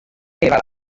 elevada